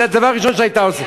זה דבר ראשון שהיית עושה.